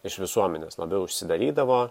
iš visuomenės labiau užsidarydavo